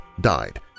died